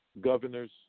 governors